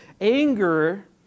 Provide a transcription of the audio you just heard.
anger